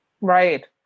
Right